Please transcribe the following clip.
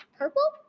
purple